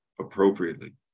appropriately